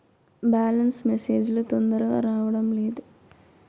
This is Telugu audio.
బ్యాలెన్స్ మెసేజ్ లు తొందరగా రావడం లేదు?